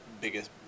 Biggest